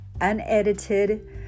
unedited